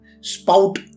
spout